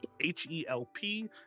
H-E-L-P